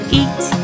eat